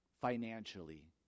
financially